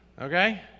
Okay